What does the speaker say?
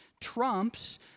trumps